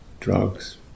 drugs